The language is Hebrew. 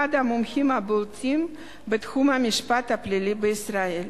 אחד המומחים הבולטים בתחום המשפט הפלילי בישראל.